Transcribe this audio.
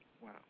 Wow